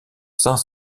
saint